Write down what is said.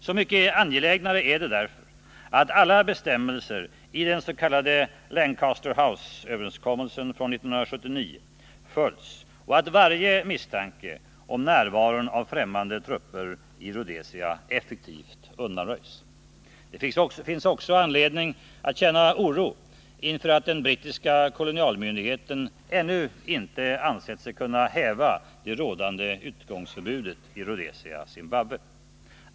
Så mycket angelägnare är det därför att alla bestämmelser i den s.k. Lancaster House-överenskommelsen från 1979 följs och att varje misstanke om närvaro av främmande trupper i Rhodesia effektivt undanröjs. Det finns också anledning att känna oro över att den brittiska kolonialmyndigheten ännu inte ansett sig kunna häva det rådande utegångsförbudet i Rhodesia-Zimbabwe.